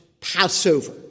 Passover